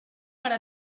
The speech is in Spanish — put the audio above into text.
para